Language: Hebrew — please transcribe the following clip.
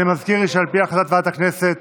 אני מזכיר שעל פי החלטת ועדת הכנסת